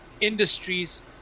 industries